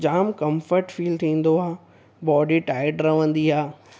जाम comfort feel थींदो आहे body tight रहंदी आहे